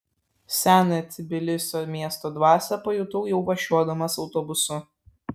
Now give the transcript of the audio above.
senąją tbilisio miesto dvasią pajutau jau važiuodamas autobusu